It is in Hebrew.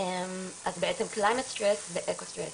אז בעצם דיכאון אקלימי וחרדות אקלים הם